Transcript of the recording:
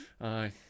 Aye